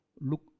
look